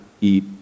eat